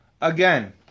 Again